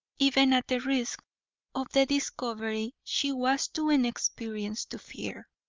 even at the risk of the discovery she was too inexperienced to fear.